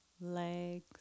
legs